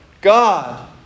God